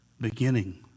beginning